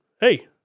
hey